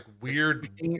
weird